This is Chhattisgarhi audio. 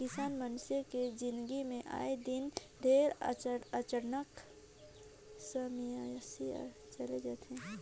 किसान मइनसे के जिनगी मे आए दिन ढेरे अड़चन समियसा आते रथे